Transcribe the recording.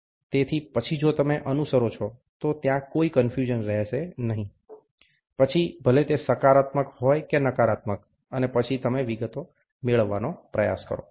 તેથી પછી જો તમે અનુસરો છો તો ત્યાં કોઈ કન્ફ્યુઝન રહેશે નહીં પછી ભલે તે સકારાત્મક ધન હોય કે નકારાત્મક ઋણ અને પછી તમે વિગતો મેળવવાનો પ્રયાસ કરો